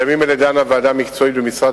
בימים אלה דנה ועדה מקצועית במשרד